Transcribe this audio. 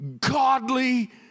godly